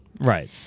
Right